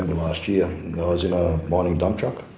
last year, i was in a mining dump truck.